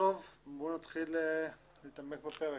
נתחיל להתעמק בפרק.